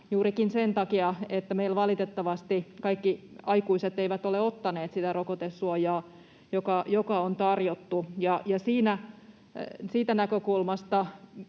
juurikin sen takia, että meillä valitettavasti kaikki aikuiset eivät ole ottaneet sitä rokotesuojaa, joka on tarjottu. Siitä näkökulmasta